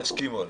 יסכימו.